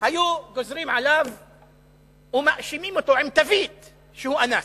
היו גוזרים עליו ומאשימים אותו עם תווית שהוא אנס?